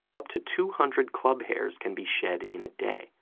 up to two hundred club hairs can be shed in a day,